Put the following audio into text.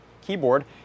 keyboard